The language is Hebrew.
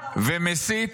ומסית,